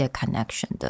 connection